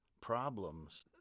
problems